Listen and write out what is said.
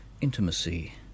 Intimacy